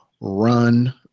run